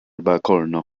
balkono